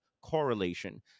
correlation